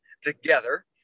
together